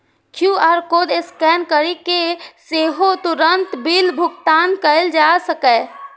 QR code scan करि कें सेहो तुरंत बिल भुगतान कैल जा सकैए